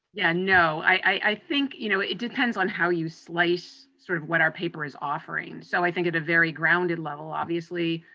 yeah, no, i think you know it depends on how you slice sort of what our paper is offering. so i think at a very grounded level, obviously,